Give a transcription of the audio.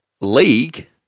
league